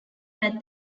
that